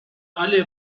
alle